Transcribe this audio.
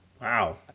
Wow